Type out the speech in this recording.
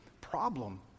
problem